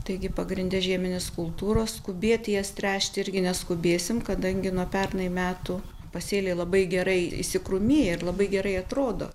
taigi pagrinde žieminės kultūros skubėt jas tręšt irgi neskubėsim kadangi nuo pernai metų pasėliai labai gerai įsikrūmiję ir labai gerai atrodo